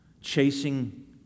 chasing